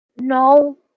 No